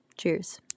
Cheers